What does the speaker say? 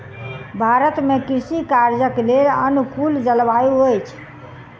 भारत में कृषि कार्यक लेल अनुकूल जलवायु अछि